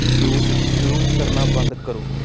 juice ਸ਼ੁਰੂ ਕਰਨਾ ਬੰਦ ਕਰੋ